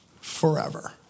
forever